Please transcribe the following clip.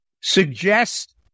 suggest